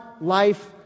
life